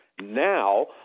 Now